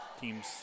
Team's